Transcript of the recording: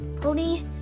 pony